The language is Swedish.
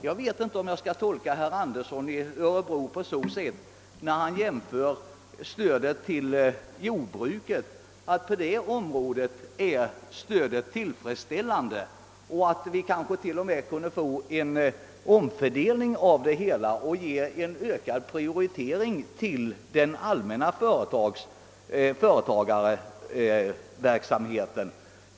Jag vet inte om jag skall tolka herr Andersson i Örebro på sådant sätt att han anser stödet från staten till jordbruket vara tillfredsställande. Kanske herr Andersson t.o.m. vill en omfördelning av det hela, vilket skulle ge en ökad prioritering till den allmänna företagarverksamheten.